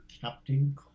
Captain